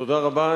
תודה רבה.